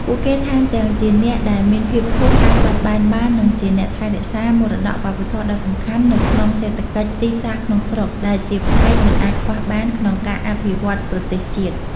ពួកគេ ថែមទាំងជាអ្នកដែលមានភាពធន់ អាចបត់បែនបាន និងជាអ្នកថែរក្សា មរតកវប្បធម៌ដ៏សំខាន់នៅក្នុងសេដ្ឋកិច្ចទីផ្សារក្នុងស្រុក ដែលជាផ្នែកមិនអាចខ្វះបានក្នុងការអភិវឌ្ឍប្រទេសជាតិ។